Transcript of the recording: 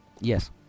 Yes